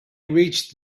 reached